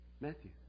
Matthew